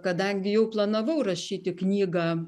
kadangi jau planavau rašyti knygą